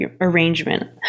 arrangement